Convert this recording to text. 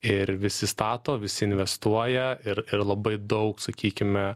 ir visi stato visi investuoja ir ir labai daug sakykime